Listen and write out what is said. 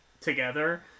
together